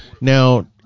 Now